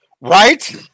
Right